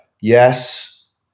Yes